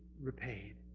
repaid